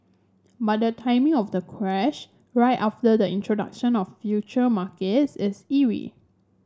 but the timing of the crash right after the introduction of future markets is eerie